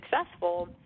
successful